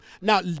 Now